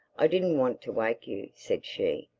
i didn't want to wake you, said she.